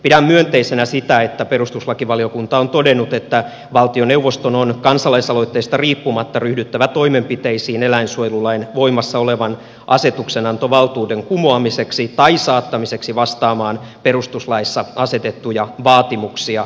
pidän myönteisenä sitä että perustuslakivaliokunta on todennut että valtioneuvoston on kansalaisaloitteesta riippumatta ryhdyttävä toimenpiteisiin eläinsuojelulain voimassa olevan asetuksenantovaltuuden kumoamiseksi tai saattamiseksi vastaamaan perustuslaissa asetettuja vaatimuksia